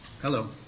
Hello